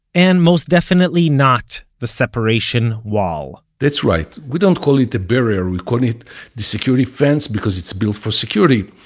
and most definitely not the separation wall that's right. we don't call it a barrier, we call it the security fence because it's built for security.